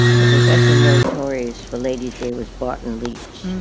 the professor notorious for ladies day was barton leach,